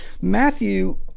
Matthew